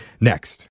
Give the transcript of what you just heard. next